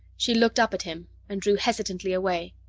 she looked up at him and drew hesitantly away.